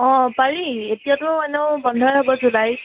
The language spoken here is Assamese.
পাৰি এতিয়াতো এনেও বন্ধই হ'ব জুলাইত